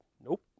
Nope